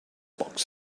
box